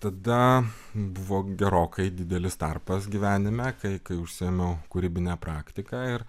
tada buvo gerokai didelis tarpas gyvenime kai kai užsiėmiau kūrybine praktika ir